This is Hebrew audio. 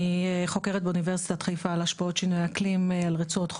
אני חוקרת באוניברסיטת חיפה על השפעות שינויי האקלים על רצועות חוף,